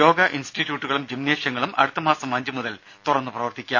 യോഗ ഇൻസ്റ്റിറ്റ്യൂട്ടുകളും ജിംനേഷ്യങ്ങളും അടുത്തമാസം അഞ്ചു മുതൽ തുറന്നു പ്രവർത്തിക്കാം